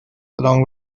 along